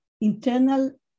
internal